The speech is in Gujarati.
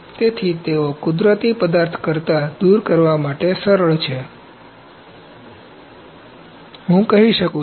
તેથી તેઓ કુદરતી પદાર્થ કરતાં દૂર કરવા માટે સરળ છે હું કહી શકું છું